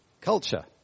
culture